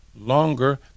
longer